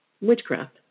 witchcraft